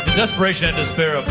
desperation of despair,